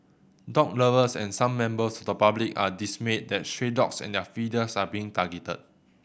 dog lovers and some members of the public are dismayed that stray dogs and their feeders are being targeted